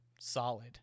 solid